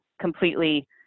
completely